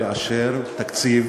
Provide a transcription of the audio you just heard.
לאשר תקציב